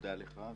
ותודה לך.